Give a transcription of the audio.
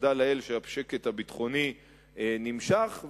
ותודה לאל שהשקט הביטחוני נמשך,